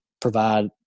provide